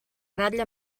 ratlla